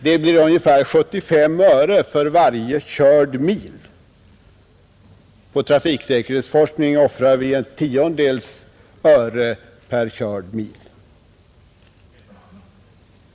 Det blir ungefär 75 öre för varje körd mil — på trafiksäkerhetsforskning offrar vi ett tiondels öre per körd mil.